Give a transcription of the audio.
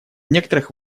некоторых